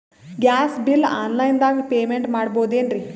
Gas bill online ದಾಗ payment ಮಾಡಬೋದೇನ್ರಿ?